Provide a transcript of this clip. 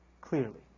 clearly